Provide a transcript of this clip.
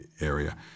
area